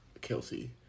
Kelsey